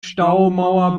staumauer